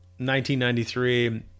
1993